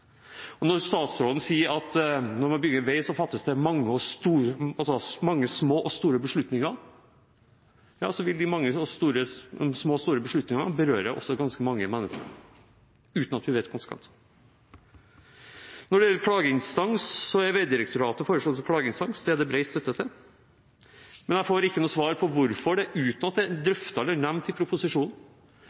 Når statsråden sier at når vi bygger vei, fattes det mange små og store beslutninger, ja, så vil de mange små og store beslutningene også berøre ganske mange mennesker, uten at vi vet konsekvensene. Når det gjelder klageinstans, er Vegdirektoratet foreslått som klageinstans. Det er det bred støtte til, men jeg får ikke noe svar på hvorfor departementet, uten at det er drøftet eller nevnt i proposisjonen,